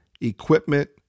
equipment